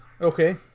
Okay